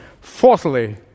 Fourthly